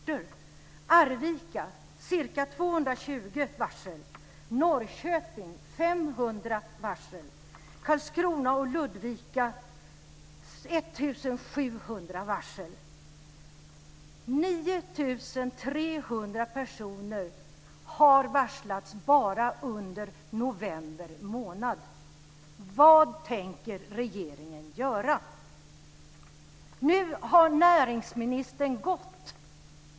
Trollhättan - Nu har näringsministern gått.